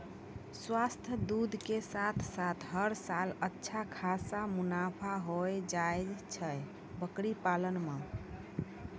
स्वस्थ दूध के साथॅ साथॅ हर साल अच्छा खासा मुनाफा होय जाय छै बकरी पालन मॅ